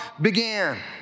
began